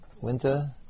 winter